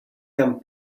come